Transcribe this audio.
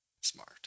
Smart